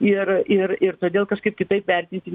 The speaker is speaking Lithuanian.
ir ir ir todėl kažkaip kitaip vertinti